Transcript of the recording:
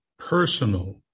personal